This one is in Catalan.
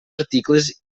articles